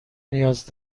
نیاز